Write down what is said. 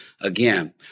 again